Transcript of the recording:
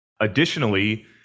additionally